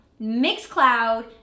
Mixcloud